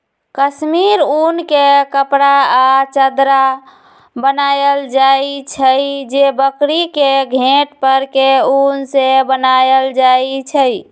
कस्मिर उन के कपड़ा आ चदरा बनायल जाइ छइ जे बकरी के घेट पर के उन से बनाएल जाइ छइ